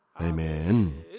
Amen